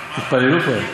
התפללו כבר.